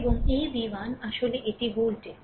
এবং এই v1 আসলে এটি ভোল্টেজ